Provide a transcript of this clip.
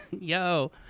yo